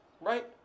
Right